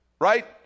Right